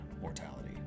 mortality